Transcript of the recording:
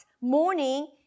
morning